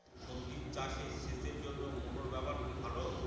সবজি চাষে সেচের জন্য মোটর ব্যবহার কি ভালো?